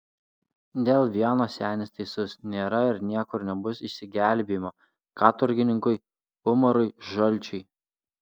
dėl vieno senis teisus nėra ir niekur nebus išsigelbėjimo katorgininkui umarui žalčiui